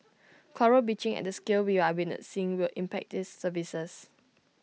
Coral bleaching at the scale we are witnessing will impact these services